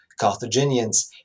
Carthaginians